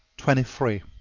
twenty three.